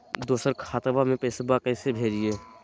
दोसर खतबा में पैसबा कैसे भेजिए?